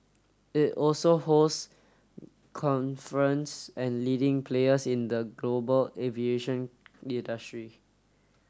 it also hosts conference and leading players in the global aviation industry